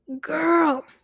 girl